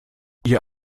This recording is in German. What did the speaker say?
ihr